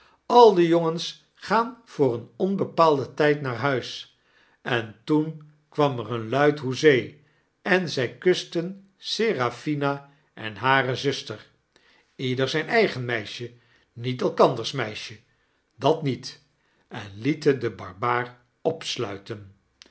al de jongens gaan voor een onbepaalden tyd naar huis en toen kwam er een luid hoezee en zy kusten seraphina en hare zuster ieder zyn eigen meisje niet elkanders meisje dat niet en lieten den barbaar opsluiten